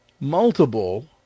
Multiple